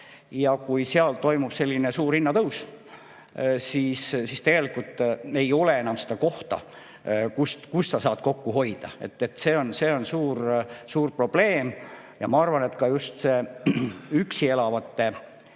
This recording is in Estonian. Ja kui seal toimub suur hinnatõus, siis tegelikult ei ole enam seda kohta, kust saaks kokku hoida. See on suur probleem. Ma arvan, et just üksi elavate